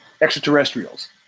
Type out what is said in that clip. extraterrestrials